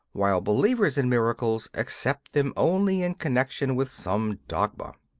while believers in miracles accept them only in connection with some dogma.